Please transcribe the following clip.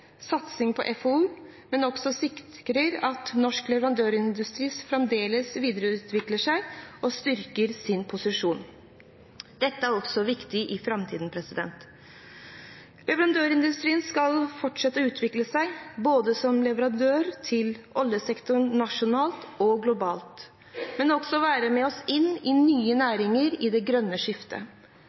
satsing på FoU, men også sikrer at norsk leverandørindustri fremdeles videreutvikler seg og styrker sin posisjon. Dette er også viktig i framtiden. Leverandørindustrien skal fortsette å utvikle seg som leverandører til oljesektoren nasjonalt og globalt, men også være med oss inn i nye næringer i det grønne skiftet.